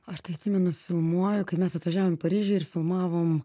aš tai atsimenu filmuoju kai mes atvažiavom į paryžių ir filmavom